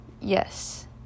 yes